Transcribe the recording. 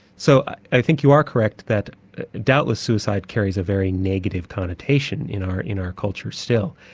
so i think you are correct that doubtless suicide carries a very negative connation in our in our culture still.